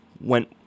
went